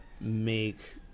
make